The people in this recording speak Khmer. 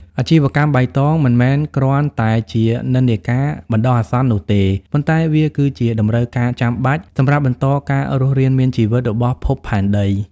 អាជីវកម្មបៃតងមិនមែនគ្រាន់តែជា "និន្នាការ" បណ្ដោះអាសន្ននោះទេ ប៉ុន្តែវាគឺជា "តម្រូវការចាំបាច់" សម្រាប់បន្តការរស់រានមានជីវិតរបស់ភពផែនដី។